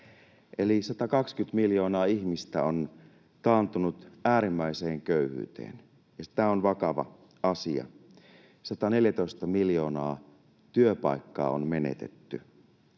120 miljoonaa ihmistä on taantunut äärimmäiseen köyhyyteen, ja tämä on vakava asia. 114 miljoonaa työpaikkaa on menetetty.